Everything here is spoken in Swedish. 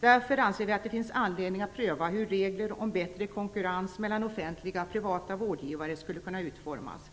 Därför anser vi att det finns anledning att pröva hur regler om bättre konkurrens mellan offentliga och privata vårdgivare skulle kunna utformas.